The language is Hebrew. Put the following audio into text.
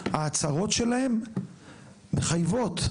ההצהרות שלהם מחייבות.